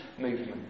movement